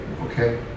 Okay